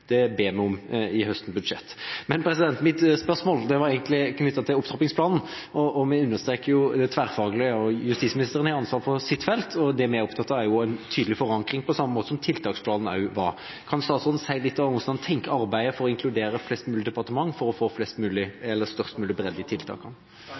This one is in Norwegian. derfor ber komiteen om det i høstens budsjett. Men mitt spørsmål var egentlig knyttet til opptrappingsplanen: Vi understreker jo det tverrfaglige, og justisministeren har ansvar for sitt felt, og det vi er opptatt av, er en tydelig forankring, på samme måte som tiltaksplanen var. Kan statsråden si litt om hva han tenker om arbeidet for å inkludere flest mulig departement for å få størst mulig bredde i tiltakene?